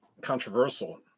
controversial